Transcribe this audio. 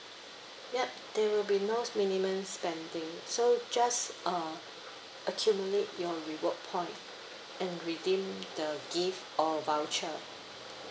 yup there will be no minimum spending so just uh accumulate your reward point and redeem the gift or voucher